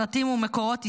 סרטים ומקורות היסטוריים.